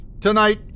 Tonight